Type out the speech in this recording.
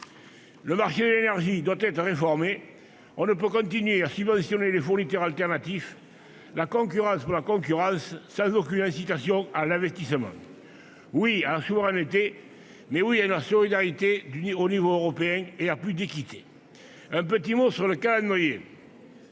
Le marché de l'énergie doit être réformé. On ne peut continuer à subventionner les fournisseurs alternatifs et à favoriser la concurrence pour la concurrence, sans aucune incitation à l'investissement. Oui à la souveraineté, mais oui aussi à la solidarité au niveau européen et à plus d'équité ! En ce qui concerne le calendrier,